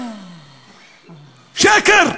שקר,